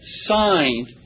signed